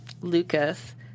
Lucas